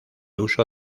uso